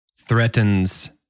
Threatens